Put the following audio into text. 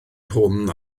hwn